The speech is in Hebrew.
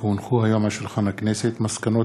כי הונחו היום על שולחן הכנסת מסקנות